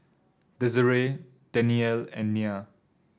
Desiree Danielle and Nyah